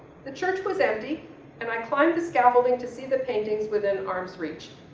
the church was empty and i climbed the scaffolding to see the paintings within arm's reach.